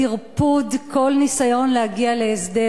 לטרפוד כל ניסיון להגיע להסדר.